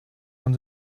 von